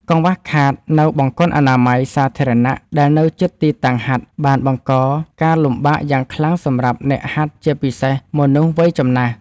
កង្វះខាតនូវបង្គន់អនាម័យសាធារណៈដែលនៅជិតទីតាំងហាត់ បានបង្កការលំបាកយ៉ាងខ្លាំងសម្រាប់អ្នកហាត់ ជាពិសេសមនុស្សវ័យចំណាស់។